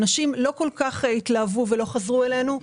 אנשים לא כל כך התלהבו ולא חזרו אלינו.